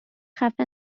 خفه